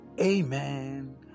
Amen